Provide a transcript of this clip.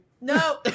No